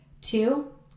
Two